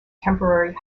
temporary